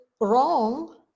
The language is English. wrong